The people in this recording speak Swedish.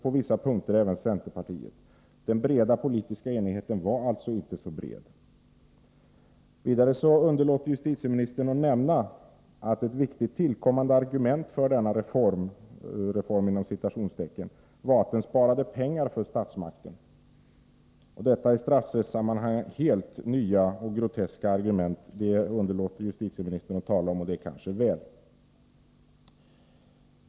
På vissa punkter gjorde även centerpartiet det. Den breda politiska enigheten var alltså inte så bred. Vidare underlåter justitieministern att nämna att ett viktigt tillkommande argument för denna ”reform” var att den sparade pengar åt statsmakten. Detta i straffrättssammanhang helt nya och groteska argument underlåter justitieministern att tala om, och det är kanske väl.